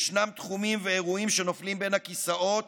ישנם תחומים ואירועים שנופלים בין הכיסאות